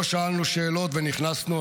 לא שאלנו שאלות ונכנסנו.